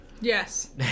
Yes